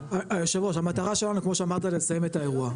המטרה שלנו לסיים את האירוע.